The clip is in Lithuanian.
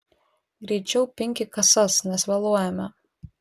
greičiau pinki kasas nes vėluojame